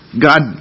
God